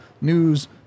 news